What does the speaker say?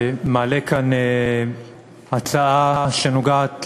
מעלה כאן הצעה שנוגעת,